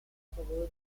favore